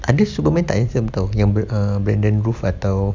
ada superman tak handsome [tau] yang err brandon routh atau